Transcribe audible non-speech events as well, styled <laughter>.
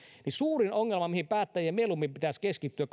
niin suurin ongelma mihin päättäjien pitäisi keskittyä <unintelligible>